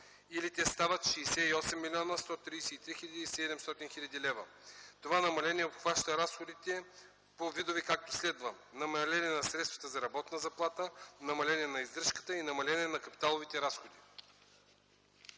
или те стават 68 млн. 133 хил. 700 лв. Това намаление обхваща разходите по видове, както следва: намаление на средствата за работна заплата, намаление на издръжката и намаление на капиталовите разходи.